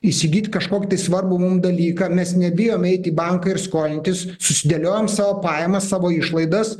įsigyt kažkokį tai svarbų mum dalyką mes nebijom eit į banką ir skolintis susidėliojam savo pajamas savo išlaidas